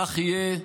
כך יהיה.